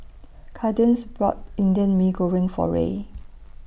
Kadence bought Indian Mee Goreng For Ray